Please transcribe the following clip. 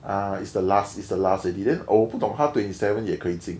ah is the last is the last already then oh 我不懂他 twenty seven 也可以进